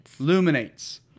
Luminates